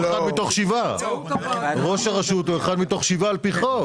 הוא אחד מתוך שבעה על פי חוק.